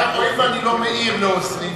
הואיל ואני לא מעיר לעוזרים,